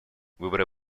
выборы